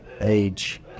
age